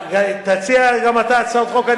תציע גם אתה הצעות חוק,